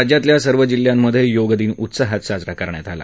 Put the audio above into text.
राज्यातल्या सर्व जिल्ह्यांमधे योगदिन उत्साहात साजरा करण्यात आला